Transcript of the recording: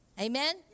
amen